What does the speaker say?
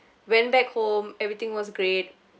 went back home everything was great